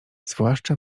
zwłaszcza